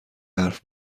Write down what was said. حرف